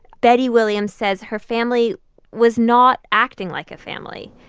betty williams says her family was not acting like a family.